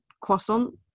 croissant